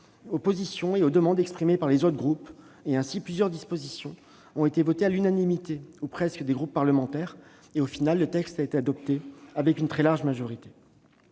aux positions et aux demandes exprimées par les autres groupes. Plusieurs dispositions ont ainsi été votées à l'unanimité, ou presque, des groupes parlementaires. Finalement, le texte a été adopté avec une très large majorité.